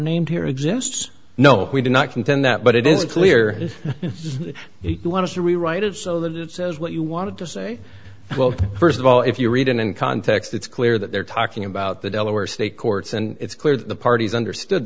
named here exists no we do not contend that but it is clear if you want to rewrite it so that it says what you wanted to say well st of all if you read it in context it's clear that they're talking about the delaware state courts and it's clear that the parties understood